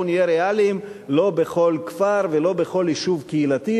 בואו נהיה ריאליים: לא בכל כפר ולא בכל יישוב קהילתי,